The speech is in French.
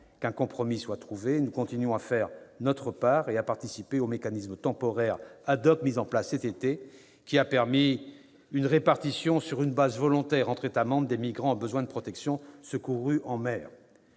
qu'un compromis soit trouvé, nous continuons à faire notre part et à participer au mécanisme temporaire mis en place cet été, qui a permis une répartition, sur une base volontaire entre États membres, des migrants ayant besoin de protection secourus en mer.